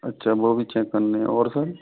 चलो वो भी चेक करनी है और सर